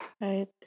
right